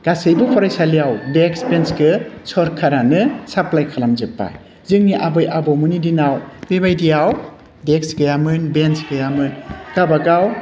गासैबो फरायसालियाव डेक्स बेन्सखौ सरकारानो साप्लाइ खालामजोब्बाय जोंनि आबै आबौमोननि दिनाव बेबादियाव डेक्स गैयामोन बेन्स गैयामोन गावबागाव